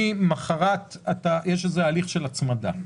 ממחרת יש הליך של הצמדה,